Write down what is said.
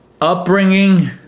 Upbringing